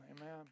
Amen